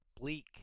Bleak